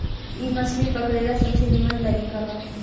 इ मछली पकड़े ला सबसे निमन तरीका बा